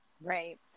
Right